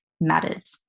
matters